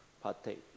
partake